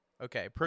Okay